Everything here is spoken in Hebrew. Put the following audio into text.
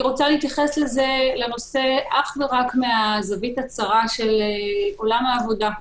אני רוצה להתייחס לנושא אך ורק מן הזווית הצרה של עולם העבודה.